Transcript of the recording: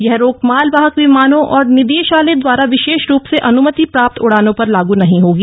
यह रोक मालवाहक विमानों और निदेशालय द्वारा विशेष रूप से अनुमति प्राप्त उडानों पर लागू नहीं होगी